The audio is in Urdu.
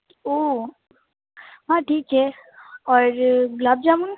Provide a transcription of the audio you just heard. اوہ ہاں ٹھیک ہے اور گلاب جامن